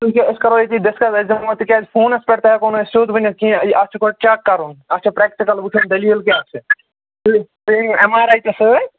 کیونکہِ أسۍ کرو ییٚتی ڈِسکَس أسۍ دِمو تِکیٛازِ فونَس پٮ۪ٹھ تہِ ہٮ۪کو نہٕ سیوٚد ؤنِتھ کیٚنٛہہ یہِ اَتھ چھُ گۄڈٕ چَک کَرُن اَتھ چھِ پرٛٮ۪کٹِکَل وٕچھُن دٔلیٖل کیٛاہ چھِ بیٚیہِ أنِو اٮ۪م آر آی تہٕ سۭتۍ